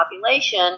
population